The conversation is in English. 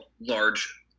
large